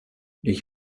ich